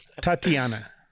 Tatiana